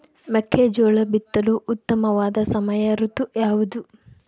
ಮೆಕ್ಕೆಜೋಳ ಬಿತ್ತಲು ಉತ್ತಮವಾದ ಸಮಯ ಋತು ಯಾವುದು?